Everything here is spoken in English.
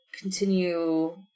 continue